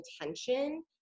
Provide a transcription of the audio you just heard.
intention